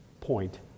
point